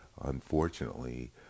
unfortunately